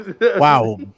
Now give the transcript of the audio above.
Wow